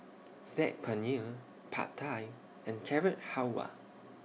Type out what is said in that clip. Saag Paneer Pad Thai and Carrot Halwa